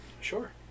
Sure